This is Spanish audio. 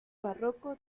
barroco